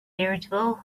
irritable